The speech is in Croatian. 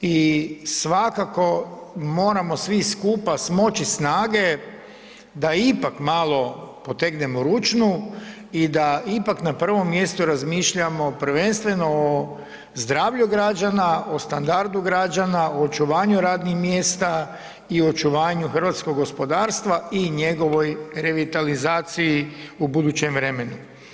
I svakako moramo svi skupa smoći snage da ipak malo potegnemo ručnu i da ipak na prvom mjestu razmišljamo prvenstveno o zdravlju građana, o standardu građana, o očuvanju radnih mjesta i očuvanju hrvatskog gospodarstva i njegovoj revitalizaciji u budućem vremenu.